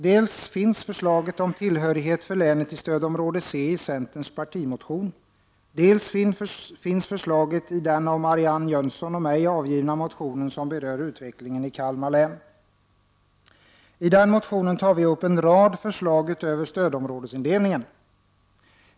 Dels finns förslaget om tillhörighet för länet i stödområde Ci centerpartiets partimotion, dels finns förslaget i den av Marianne Jönsson och mig väckta motionen som berör utvecklingen i Kalmar län. I den motionen tar vi upp en rad förslag utöver stödområdesindelningen.